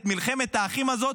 את מלחמת האחים הזאת.